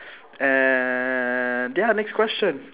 and ya next question